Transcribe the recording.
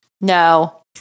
No